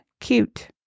Cute